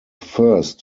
first